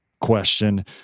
question